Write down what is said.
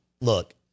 look